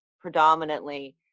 predominantly